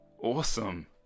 awesome